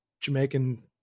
Jamaican